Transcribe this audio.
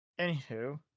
Anywho